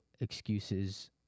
excuses